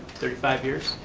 thirty five years?